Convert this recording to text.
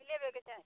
कथी लेबयके छै